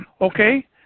Okay